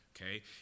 okay